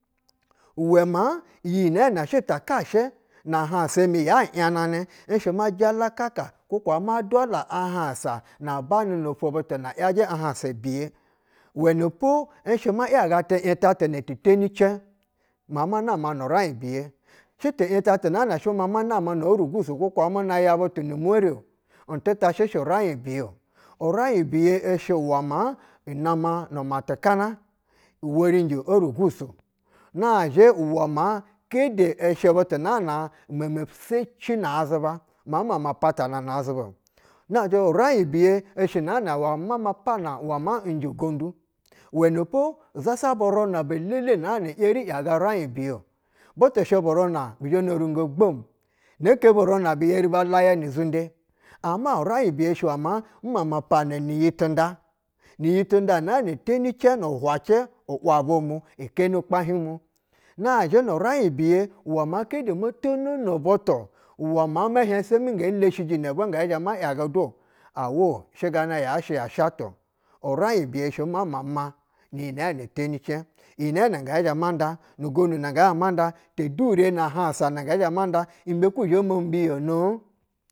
Uwɛ maa iyi nɛɛ nɛ shɛ takashɛ na hausa miya yananɛ nshɛ ma jalakaka kwo kaa ma dwala ahamsa na banɛ nofwo butu na ‘yajɛ ahansa biye nwɛnspo nshɛ ma ‘yaga ti yinta tuna ti teni cɛɧ maa ma nama nu raiɧ biye, shɛ ti ‘yinta tu ha tɛ shɛ ma ma nama no orugusu-o kwo kaa mu na no raiɧ biye ishbutu no ni mwere-o, n tita shɛshɛ raiɧ bujɛu uraiɧ biye ishɛ maa nama nu matikana uwerinji orugusu. Nazhɛ uwɛ maa kede, shɛ butu naa na meme seci na-azuba maa mama patana na azuba nazhɛ raiɧ biye ishɛ nɛɛ nɛ pana uwɛ n njɛ ugonƌu uwɛnɛpo izasa buruna belele na ‘yeri ‘yaga craiɧ biye-o. Butu shɛ bu runa bi zhɛ no rungo gbomi, neke buruna bi yeri balaga ni zunde. Ama uraiɧ biye shɛ wɛ maa umama pana niyi tinda, iyi tinƌa nɛɛ nɛ teni ceɧ nu hwacɛ u’ waba mu keni ukpahi ɛɧ mu. Nazhɛ nu rai biye uwɛ maa kede ino tonono butu uwɛ maa semi ngee leshiji nɛbwɛ nazhɛ ngɛɛ zhɛ ma ‘yaga du-o, awo, shɛ gana yashɛ ya sha ta-o uraiɧ biye shɛ ma nama nu naa na teni cɛɧ, iyi nɛɛ nɛ ngɛ zhɛ ma nda, nu gonƌu na ngɛ zhɛ manƌa tedure na hansa na ngɛ zhɛ mo nda, imbekuy zhɛ mo mbiyono?